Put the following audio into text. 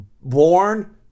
born